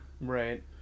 Right